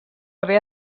haver